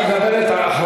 איפה כחלון?